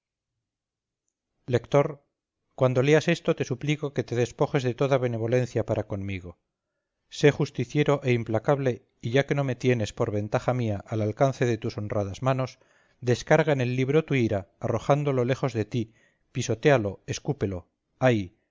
lector cuando leas esto te suplico que te despojes de toda benevolencia para conmigo sé justiciero e implacable y ya que no me tienes por ventaja mía al alcance de tus honradas manos descarga en el libro tu ira arrójalo lejos de ti pisotéalo escúpelo ay